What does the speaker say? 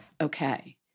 Okay